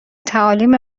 تعالیم